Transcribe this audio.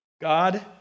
God